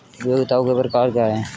उपयोगिताओं के प्रकार क्या हैं?